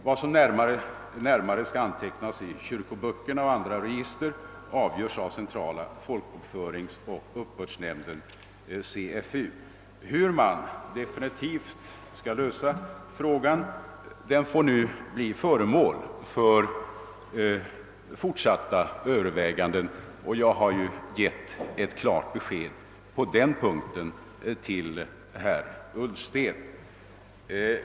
Vad som närmare skall antecknas i kyrkoböckerna och andra register avgörs av centrala folkbokföringsoch uppbördsnämnden, CFU. Hur man definitivt skall lösa frågan får bli föremål för fortsatta överväganden, och jag har givit ett klart besked på den punkten till herr Ullsten.